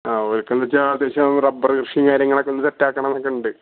ആ അവർക്ക് എന്നുവെച്ചാൽ ഏകദേശം റബ്ബർ കൃഷിയും കാര്യങ്ങളൊക്കെ ഒന്ന് സെറ്റ് ആക്കണം എന്നൊക്കെയുണ്ട്